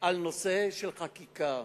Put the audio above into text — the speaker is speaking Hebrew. על נושא של חקיקה.